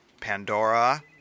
Pandora